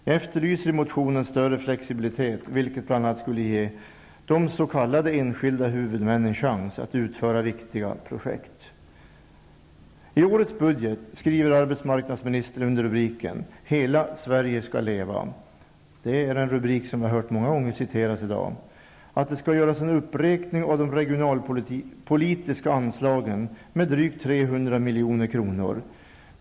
Jag efterlyser i motionen större flexibilitet, vilket bl.a. skulle ge de s.k. enskilda huvudmännen chans att utföra viktiga projekt. I årets budgetproposition skriver arbetsmarknadsministern under rubriken Hela Sverige skall leva -- en rubrik som jag har hört citerars många gånger i dag -- att det skall göras en uppräkning av de regionalpolitiska anslagen med drygt 300 miljoner.